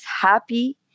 happy